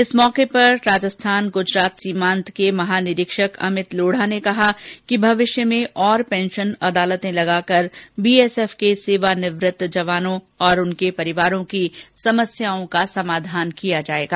इस मौके पर राजस्थान गुजरात सीमान्त के महानिरीक्षक अमित लोढ़ा ने कहा कि भविष्य में और पेंशन अदालतें लगाकर बीएसफ के सेवानिवृत्त जवानों और उनके परिवारों की समस्याओं का समाधान किया जाएगा